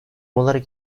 olarak